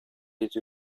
yedi